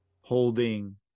holding